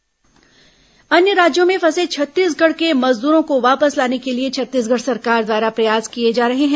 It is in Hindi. प्रवासी मजदूर वापसी अन्य राज्यों में फंसे छत्तीसगढ़ के मजदूरों को वापस लाने के लिए छत्तीसगढ़ सरकार द्वारा प्रयास किए जा रहे हैं